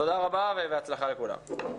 תודה רבה בהצלחה לכולם.